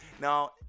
Now